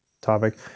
topic